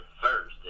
first